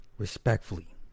Respectfully